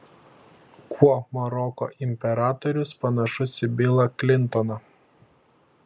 kuo maroko imperatorius panašus į bilą klintoną